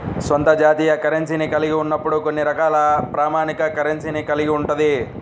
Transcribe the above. స్వంత జాతీయ కరెన్సీని కలిగి ఉన్నప్పుడు కొన్ని రకాల ప్రామాణిక కరెన్సీని కలిగి ఉంటది